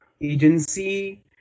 agency